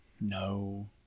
No